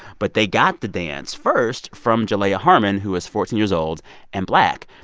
but they got the dance first from jalaiah harmon, who is fourteen years old and black,